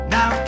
Now